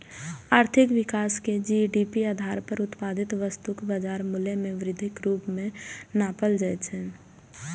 आर्थिक विकास कें जी.डी.पी आधार पर उत्पादित वस्तुक बाजार मूल्य मे वृद्धिक रूप मे नापल जाइ छै